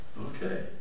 Okay